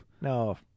No